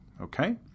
Okay